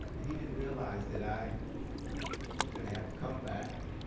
he didn't realize that i was going to have a comeback.